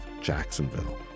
Jacksonville